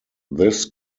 this